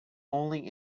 only